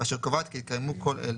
ואשר קובעת כי התקיימו כל אלה: